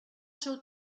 seu